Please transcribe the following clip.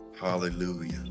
hallelujah